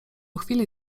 chwili